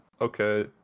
okay